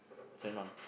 sign on